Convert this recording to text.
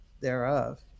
thereof